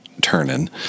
turning